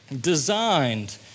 designed